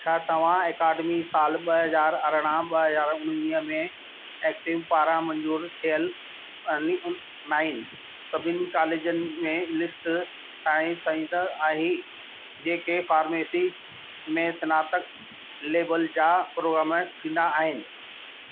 छा तव्हां ऐकडेमिक साल ॿ हज़ार अरिड़हं ॿ हज़ार उणिवीह में एक्टिंग पारां मंज़ूरु थियल उरनी उन नाइन सभिनी कॉलेजनि जी लिस्ट ठाहे सघंदा आही जेके फारमेसी में स्नातक लेवल जा प्रोग्राम थींदा आहिनि